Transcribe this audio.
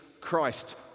Christ